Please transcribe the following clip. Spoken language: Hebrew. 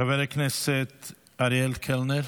חבר הכנסת אריאל קלנר.